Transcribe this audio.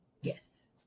Yes